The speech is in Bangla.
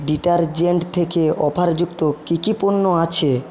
ডিটারজেন্ট থেকে অফারযুক্ত কী কী পণ্য আছে